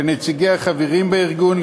לנציגי החברים בארגון,